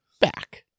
back